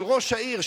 של ראש העיר,